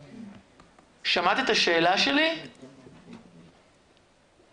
שמודיע: הילד שלי נכנס לבידוד,